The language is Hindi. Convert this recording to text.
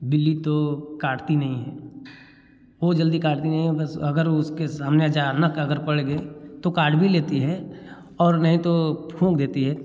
बिल्ली तो काटती नहीं है वो जल्दी काटती नहीं हैं बस अगर उसके सामने अचानक अगर पड़ गए तो काट भी लेती है और नहीं तो फूँक देती है